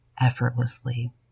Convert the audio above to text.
effortlessly